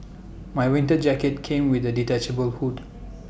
my winter jacket came with A detachable hood